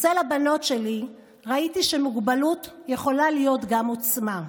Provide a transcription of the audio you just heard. אצל הבנות שלי ראיתי שמוגבלות יכולה להיות גם עוצמה.